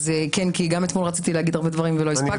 כי גם אתמול רציתי להגיד הרבה דברים ולא הספקתי.